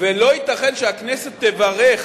ולא ייתכן שהכנסת תברך